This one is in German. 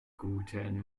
guten